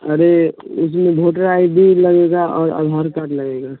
अरे उसमें voter ID लगेगा और आधार कार्ड लगेगा